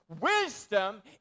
Wisdom